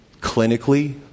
clinically